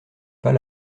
pas